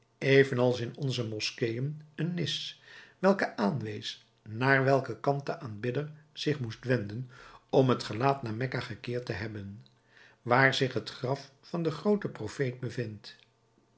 even als in onze moskeën eene nis welke aanwees naar welken kant de bidder zich moest wenden om het gelaat naar mekka gekeerd te hebben waar zich het graf van den grooten profeet bevindt